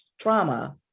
trauma